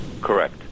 Correct